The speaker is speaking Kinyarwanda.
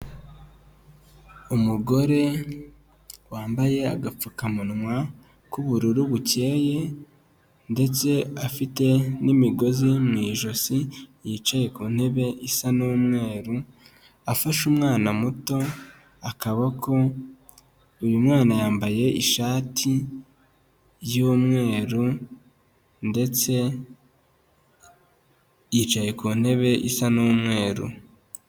Umugore wambaye agapfukamunwa k'ubururu bukeye, ndetse afite n'imigozi mu ijosi, yicaye ku ntebe isa n'umweru, afashe umwana muto akaboko, uyu mwana yambaye ishati y'umweru, ndetse yicaye ku ntebe isa n'umweru.